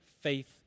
faith